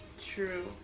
True